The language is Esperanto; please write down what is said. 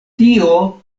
tio